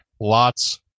lots